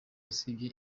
usibye